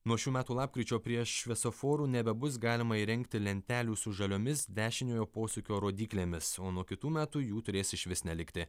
nuo šių metų lapkričio prie šviesoforų nebebus galima įrengti lentelių su žaliomis dešiniojo posūkio rodyklėmis o nuo kitų metų jų turės išvis nelikti